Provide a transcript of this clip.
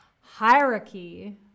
Hierarchy